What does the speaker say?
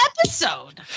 episode